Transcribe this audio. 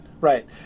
right